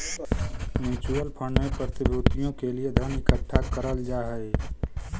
mutual fund में प्रतिभूतियों के लिए धन इकट्ठा करल जा हई